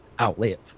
outlive